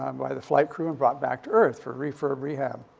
um by the flight crew and brought back to earth for re for rehab.